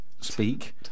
speak